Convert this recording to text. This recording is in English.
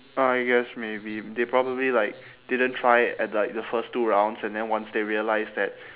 oh I guess maybe they probably like didn't try at like the first two rounds and then once they realised that